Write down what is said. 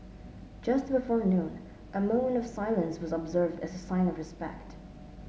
just before noon a moment of silence was observed as a sign of respect